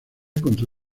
contra